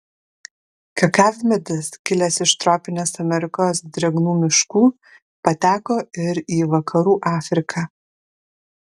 kakavmedis kilęs iš tropinės amerikos drėgnų miškų pateko ir į vakarų afriką